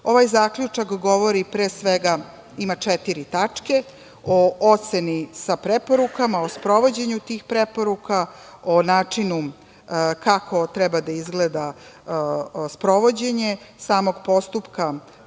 zaključak govori pre svega, ima četiri tačke, o oceni sa preporukama, o sprovođenju tih preporuka, o načinu kako treba da izgleda sprovođenje samog postupka